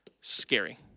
scary